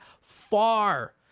far